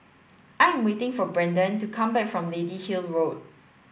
I am waiting for Brendan to come back from Lady Hill Road